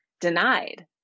denied